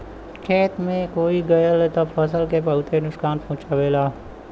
खेते में होई गयल त फसल के बहुते नुकसान पहुंचावेला